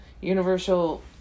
universal